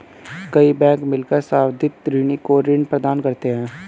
कई बैंक मिलकर संवर्धित ऋणी को ऋण प्रदान करते हैं